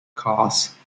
cause